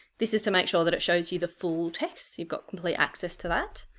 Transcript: this is to make sure that it shows you the full texts you've got complete access to that.